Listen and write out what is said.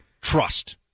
trust